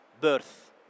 birth